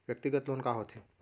व्यक्तिगत लोन का होथे?